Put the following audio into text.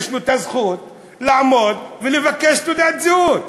יש לו הזכות לעמוד ולבקש תעודת זהות,